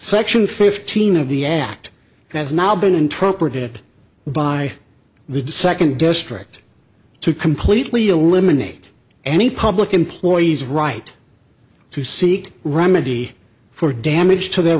section fifteen of the act has now been interpreted by the to second district to completely eliminate any public employees right to seek remedy for damage to their